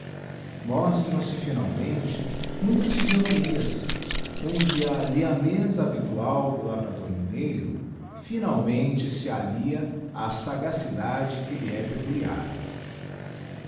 mostram se finalmente muitas physionomias onde a lhaneza habitual do lavrador mineiro finamente seallia á sagacidade que lhe é peculiar